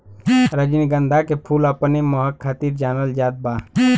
रजनीगंधा के फूल अपने महक खातिर जानल जात बा